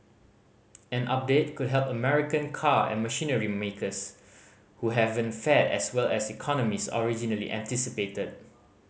an update could help American car and machinery makers who haven't fared as well as economist originally anticipated